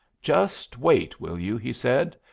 just wait, will you? he said,